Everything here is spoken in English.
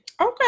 okay